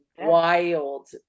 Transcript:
wild